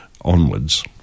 onwards